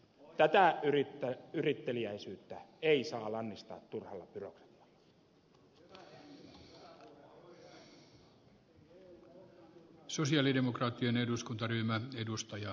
tätä yritteliäisyyttä ei saa lannistaa turhalla byrokratialla